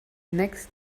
next